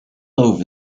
over